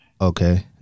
okay